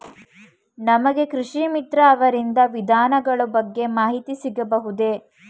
ನಮಗೆ ಕೃಷಿ ಮಿತ್ರ ಅವರಿಂದ ವಿಧಾನಗಳ ಬಗ್ಗೆ ಮಾಹಿತಿ ಸಿಗಬಹುದೇ?